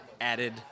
added